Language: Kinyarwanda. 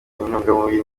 intungamubiri